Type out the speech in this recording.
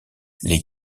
les